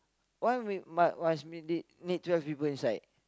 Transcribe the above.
why we must must need need twelve people inside